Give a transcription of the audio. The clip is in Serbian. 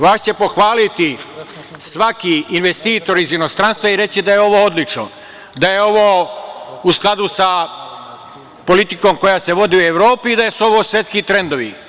Vas će pohvaliti svaki investitor iz inostranstva i reći da je ovo odlično, da je ovo u skladu sa politikom koja se vodi u Evropi i da su ovo svetski trendovi.